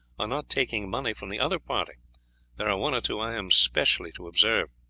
are not taking money from the other party there are one or two i am specially to observe.